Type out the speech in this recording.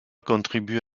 contribue